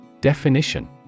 Definition